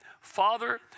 father